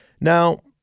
Now